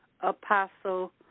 Apostle